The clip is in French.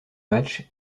matchs